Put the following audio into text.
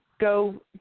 go